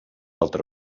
altra